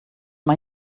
may